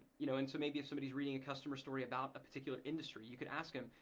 you know and so maybe if somebody's reading a customer story about a particular industry, you could ask em,